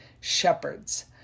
Shepherds